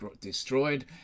destroyed